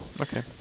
Okay